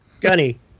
Gunny